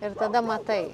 ir tada matai